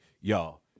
y'all